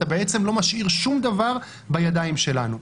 אתה לא משאיר שום דבר בידיים שלנו.